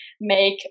make